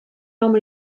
home